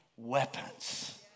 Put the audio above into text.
Weapons